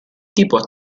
tipo